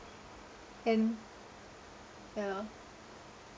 and ya